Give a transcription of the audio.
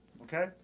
Okay